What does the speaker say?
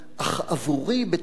בתמצית,